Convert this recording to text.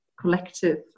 collective